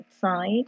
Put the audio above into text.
side